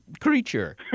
creature